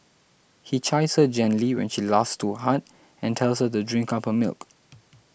he chides her gently when she laughs too hard and tells her to drink up her milk